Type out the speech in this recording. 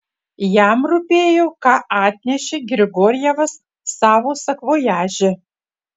jam rūpėjo ką atnešė grigorjevas savo sakvojaže